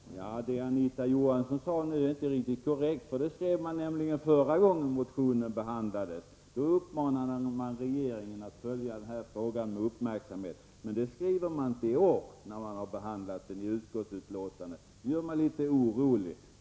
Herr talman! Det Anita Johansson nu sade är inte riktigt korrekt. Förra gången motionen behandlades uppmanade utskottet regeringen att följa frågan med uppmärksamhet. Men det skriver man inte i år i betänkandet. Nu är man barallitet orolig.